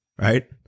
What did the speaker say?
right